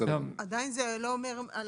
עדיין זה לא אומר על